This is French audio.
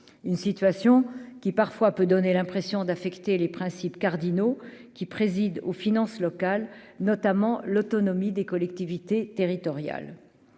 une situation qui parfois peut donner l'impression d'affecter les principes cardinaux qui préside aux finances locales notamment l'autonomie des collectivités territoriales,